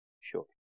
Sure